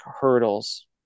hurdles